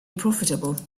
profitable